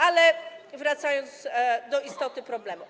Ale wracając do istoty problemu: